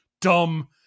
dumb